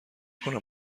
کنم